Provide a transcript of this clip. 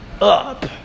up